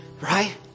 Right